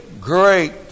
great